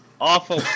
awful